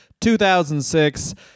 2006